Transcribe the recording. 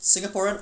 singaporean